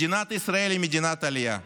מדינת ישראל היא מדינת עלייה,